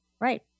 Right